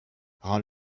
rends